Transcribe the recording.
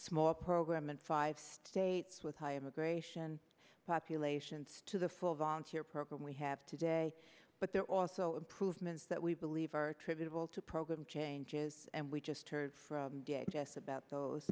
small program in five states with high immigration populations to the full volunteer program we have today but there are also improvements that we believe are attributable to program changes and we just heard from just about those